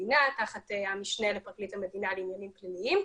המדינה תחת המשנה לפרקליט המדינה לעניינים פליליים.